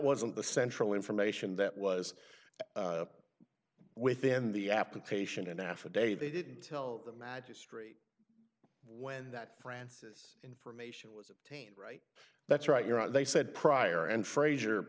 wasn't the central information that was within the application and a half a day they didn't tell the magistrate when that francis information was obtained right that's right you're right they said prior and frazier